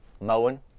mowing